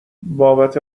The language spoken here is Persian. بابت